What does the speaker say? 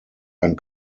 ein